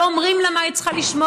לא אומרים לה מה היא צריכה לשמור.